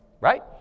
right